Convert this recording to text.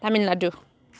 Tamil Nadu